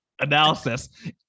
analysis